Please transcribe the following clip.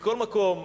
מכל מקום,